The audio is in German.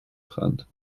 brand